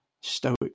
stoic